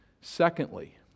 Secondly